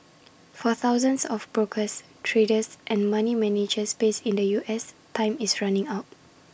for thousands of brokers traders and money managers based in the U S time is running out